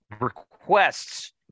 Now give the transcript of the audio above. requests